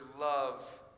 love